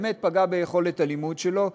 באמת פגעה ביכולת הלימוד שלו,